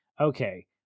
okay